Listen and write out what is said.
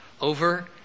over